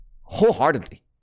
wholeheartedly